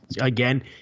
again